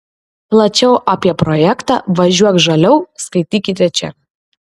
plačiau apie projektą važiuok žaliau skaitykite čia